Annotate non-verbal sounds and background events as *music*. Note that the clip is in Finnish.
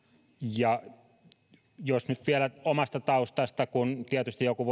jos nyt vielä omasta taustastani kun tietysti joku *unintelligible*